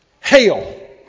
Hail